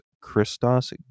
Christos